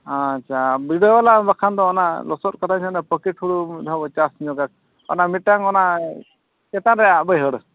ᱟᱪᱪᱷᱟ ᱵᱤᱰᱟᱹᱣ ᱞᱮᱜᱮ ᱵᱟᱠᱷᱟᱱ ᱫᱚ ᱚᱱᱟ ᱞᱚᱥᱚᱫ ᱠᱚᱫᱚ ᱡᱟᱦᱟᱸ ᱫᱚ ᱯᱚᱯᱷᱤᱴ ᱦᱩᱲᱩ ᱢᱤᱫ ᱫᱷᱟᱣ ᱵᱚ ᱪᱟᱥ ᱧᱚᱜᱟ ᱚᱱᱟ ᱢᱤᱴᱟᱝ ᱚᱱᱟ ᱪᱮᱛᱟᱱ ᱨᱮᱭᱟᱜ ᱵᱟᱹᱭᱦᱟᱹᱲ